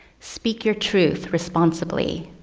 speak your truth responsibly.